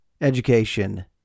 education